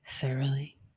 Thoroughly